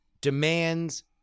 demands